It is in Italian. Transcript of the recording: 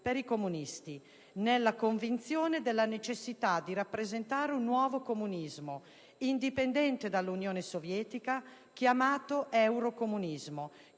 per i comunisti, nella convinzione della necessità di rappresentare un nuovo comunismo, indipendente dall'Unione Sovietica, chiamato eurocomunismo,